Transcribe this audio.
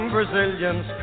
Brazilians